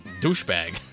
douchebag